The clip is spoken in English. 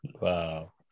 Wow